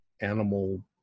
animal